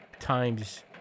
Times